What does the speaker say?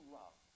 love